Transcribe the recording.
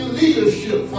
leadership